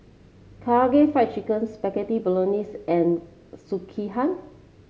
Karaage Fried Chicken Spaghetti Bolognese and Sekihan